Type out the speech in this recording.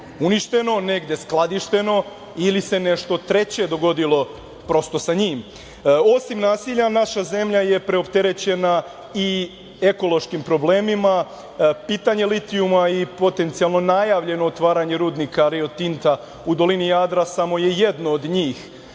uništeno, negde skladišteno ili se nešto treće dogodilo prosto sa njim. Osim nasilja naša zemlja je preopterećena i ekološkim problemima. Pitanje litijuma i potencijalno najavljeno otvaranje rudnika Rio Tinta u dolini Jadra samo je jedno od njih.